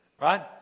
Right